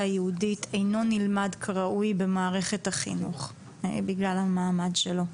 היהודית אינו נלמד כראוי במערכת החינוך בגלל המעמד שלו.